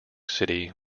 city